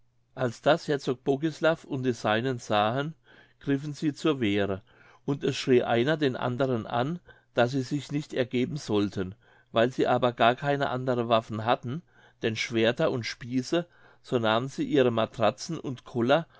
als das herzog bogislav und die seinen sahen griffen sie zur wehre und es schrie einer den andern an daß sie sich nicht ergeben sollten weil sie aber gar keine andere waffen hatten denn schwerter und spieße so nahmen sie ihre matratzen und koller